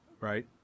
Right